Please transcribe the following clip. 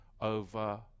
over